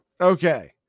Okay